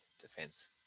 defense